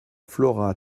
flora